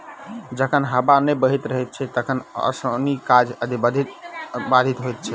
जखन हबा नै बहैत रहैत छै तखन ओसौनी काज बाधित होइत छै